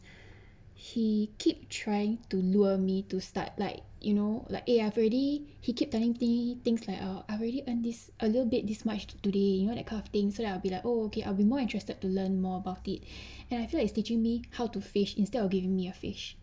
he keep trying to lure me to start like you know like eh I have already he keep turning thing things like uh I'm already earn this a little bit this much today you know that kind of thing so that I will be like oh okay I'll be more interested to learn more about it and I feel he's teaching me how to fish instead of giving me a fish